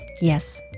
Yes